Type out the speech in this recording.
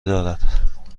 دارد